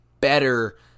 better